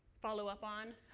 follow up on.